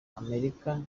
amerika